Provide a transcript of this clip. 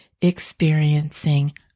experiencing